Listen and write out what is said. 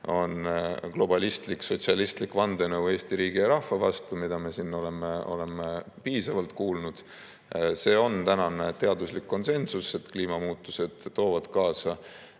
on globalistlik sotsialistlik vandenõu Eesti riigi ja rahva vastu. Seda me oleme siin piisavalt kuulnud. See on teaduslik konsensus, et kliimamuutused toovad kaasa